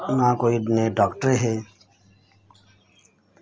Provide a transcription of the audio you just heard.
ना कोई दूए डॉक्टर हे